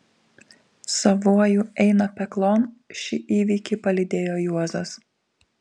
savuoju eina peklon šį įvykį palydėjo juozas